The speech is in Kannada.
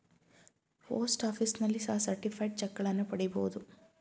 ಪೋಸ್ಟ್ ಆಫೀಸ್ನಲ್ಲಿ ಸಹ ಸರ್ಟಿಫೈಡ್ ಚಕ್ಗಳನ್ನ ಪಡಿಬೋದು